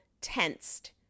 tensed